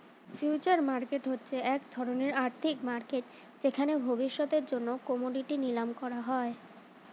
future market হচ্ছে এক ধরণের আর্থিক মার্কেট যেখানে ভবিষ্যতের জন্য কোমোডিটি নিলাম করা হয়